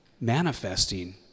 manifesting